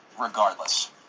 regardless